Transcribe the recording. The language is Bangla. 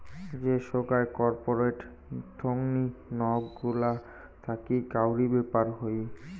যে সোগায় কর্পোরেট থোঙনি নক গুলা থাকি কাউরি ব্যাপার হই